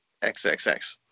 xxx